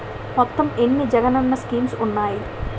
మొత్తం ఎన్ని జగనన్న స్కీమ్స్ ఉన్నాయి?